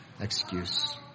excuse